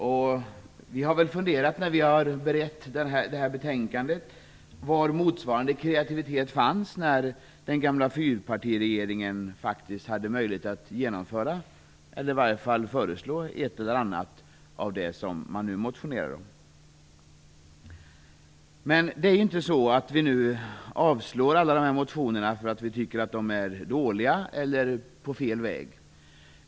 Utskottet har under beredningen av betänkande funderat på var motsvarande kreativitet fanns när den gamla fyrpartiregeringen hade möjlighet att genomföra, eller åtminstone föreslå, ett eller annat av det som man nu motionerar om. Alla dessa motioner avslås inte därför att vi tycker att de är dåliga, eller på fel väg.